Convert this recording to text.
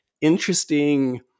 interesting